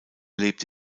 lebt